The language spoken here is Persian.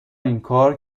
اینکار